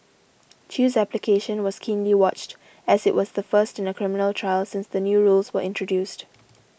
Chew's application was keenly watched as it was the first in a criminal trial since the new rules were introduced